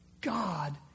God